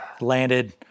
Landed